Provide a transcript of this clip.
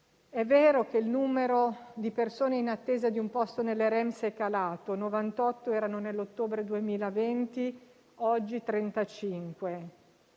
È vero che il numero di persone in attesa di un posto nelle REMS è calato (erano 98 nell'ottobre 2020, oggi 35),